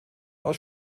aus